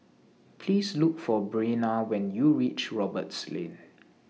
Please Look For Breana when YOU REACH Roberts Lane